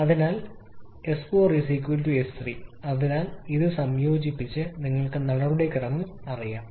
അതിനാൽ s4 𝑠3 അതിനാൽ ഇത് സംയോജിപ്പിച്ച് നിങ്ങൾക്ക് നടപടിക്രമം അറിയാം